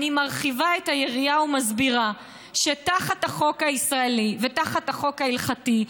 אני מרחיבה את היריעה ומסבירה שתחת החוק הישראלי ותחת החוק ההלכתי,